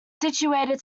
situated